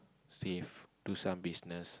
save do some business